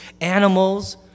animals